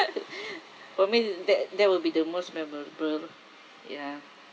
for me uh that that will be the most memorable loh ya